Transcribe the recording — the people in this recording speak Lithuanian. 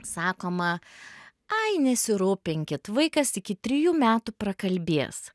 sakoma ai nesirūpinkit vaikas iki trijų metų prakalbės